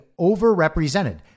overrepresented